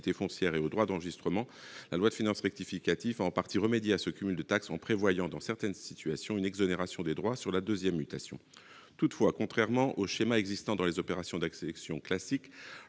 foncière ou aux droits d'enregistrement. La loi de finances rectificative pour 2016 a en partie remédié à ce cumul de taxes, en prévoyant, dans certaines situations, une exonération des droits sur la deuxième mutation. Toutefois, contrairement aux schémas existants dans les opérations d'accession classiques,